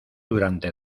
durante